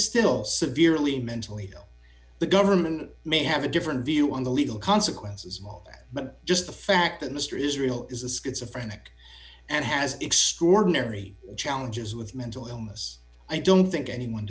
still severely mentally ill the government may have a different view on the legal consequences but just the fact that mr israel is a schizo friend and has extraordinary challenges with mental illness i don't think anyone